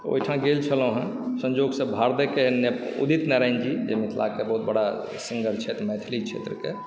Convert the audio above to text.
ओहिठाम गेल छलहुँ संयोगसँ भारदहके उदित नारायण जी जे मिथिलाके बहुत बड़ा सिंगर छथि मैथिली क्षेत्रके